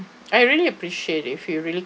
I really appreciate if you really